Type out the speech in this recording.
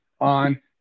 on